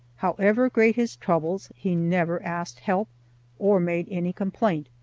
however great his troubles he never asked help or made any complaint,